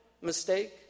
mistake